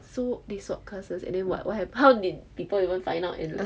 so they swap classes and then what what happe~ how did people even find out and like